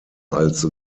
als